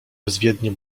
bezwiednie